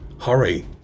Hurry